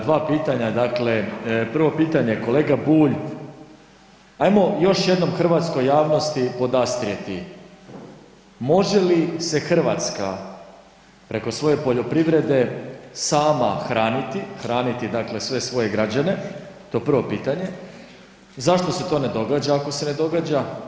Dva pitanja, dakle prvo pitanje kolega Bulj, ajmo još jednom hrvatskoj javnosti podastrijeti, može li se Hrvatska preko svoje poljoprivrede sama hraniti, hraniti dakle sve svoje građane, to je prvo pitanje, zašto se to ne događa ako ne ne događa?